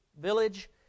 village